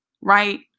Right